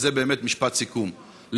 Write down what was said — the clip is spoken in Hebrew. זה באמת משפט סיכום,